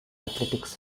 athletics